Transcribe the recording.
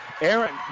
Aaron